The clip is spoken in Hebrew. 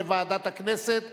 לדיון מוקדם בוועדת הכנסת נתקבלה.